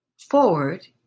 forward